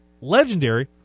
Legendary